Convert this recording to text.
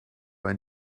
ein